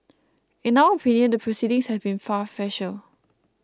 in our opinion the proceedings have been farcical